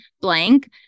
blank